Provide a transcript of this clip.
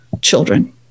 children